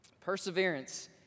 Perseverance